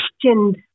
questioned